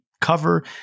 cover